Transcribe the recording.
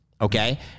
Okay